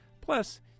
Plus